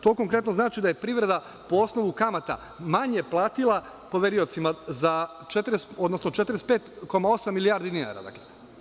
To konkretno znači da je privreda po osnovu kamata manje platila poveriocima za 45,8 milijardi dinara.